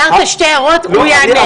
הערת שתי הערות, הוא יענה.